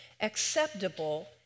acceptable